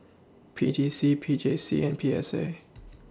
P T C P J C and P S A